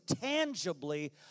tangibly